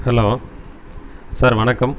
hello sir வணக்கம்